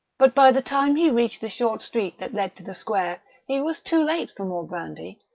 but by the time he reached the short street that led to the square he was too late for more brandy.